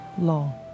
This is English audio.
long